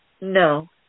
No